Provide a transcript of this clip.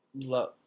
Love